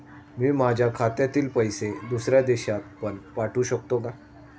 मी माझ्या खात्यातील पैसे दुसऱ्या देशात पण पाठवू शकतो का?